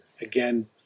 again